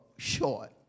short